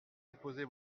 déposé